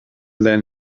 then